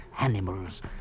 animals